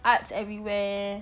arts everywhere